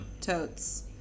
Totes